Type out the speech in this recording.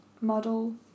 Model